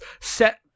set